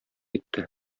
итте